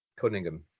Cunningham